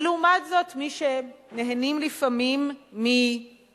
ולעומת זאת יש מי שנהנים לפעמים מדימויים